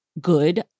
good